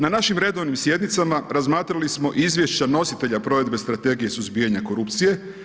Na našim redovnim sjednicama, razmatrali smo izvješća nositelja provedbe strategije suzbijanja korupcije.